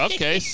Okay